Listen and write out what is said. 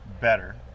better